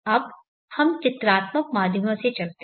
अब हम चित्रात्मक माध्यमों से चलते हैं